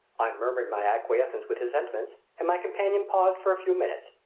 i murmured my acquiescence with his sentiments and my companion paused for a few minutes,